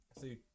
see